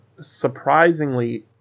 surprisingly